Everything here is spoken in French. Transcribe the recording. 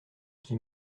qui